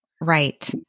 Right